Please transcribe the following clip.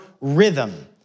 rhythm